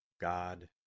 God